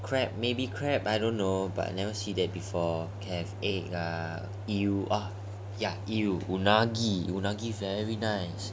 crab maybe crab I don't know but never see that before can have egg ah eel oh ya eel unagi unagi very nice